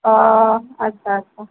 অ' আচ্ছা আচ্ছা